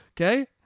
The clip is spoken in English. Okay